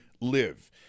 live